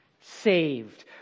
saved